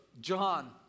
John